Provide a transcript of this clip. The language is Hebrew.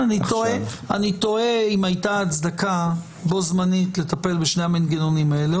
אני תוהה אם היתה הצדקה בו-זמנית לטפל בשני המנגנונים האלה,